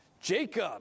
Jacob